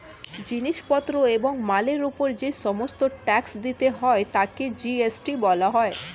জিনিস পত্র এবং মালের উপর যে সমস্ত ট্যাক্স দিতে হয় তাকে জি.এস.টি বলা হয়